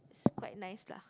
it's quite nice lah